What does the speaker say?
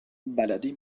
بلدی